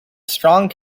strong